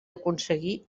aconseguí